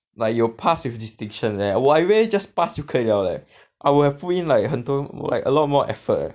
like 有 pass with distinction leh 我以为 just pass 就可以了 leh I would have put in like 很多 like a lot more effort leh